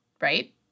right